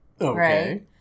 Okay